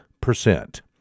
percent